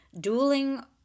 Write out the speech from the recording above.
dueling